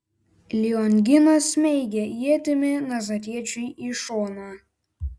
lionginas smeigė ietimi nazariečiui į šoną